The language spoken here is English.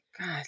God